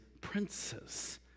princes